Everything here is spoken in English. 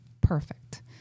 perfect